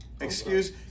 Excuse